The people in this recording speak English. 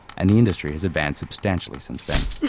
and the industry has advanced substantially since then.